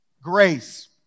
Grace